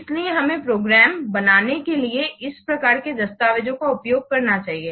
इसलिए हमें प्रोग्राम बनाने के लिए इस प्रकार के दस्तावेजों का उपयोग करना चाहिए